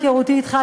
מהיכרותי אתך,